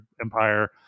empire